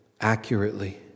accurately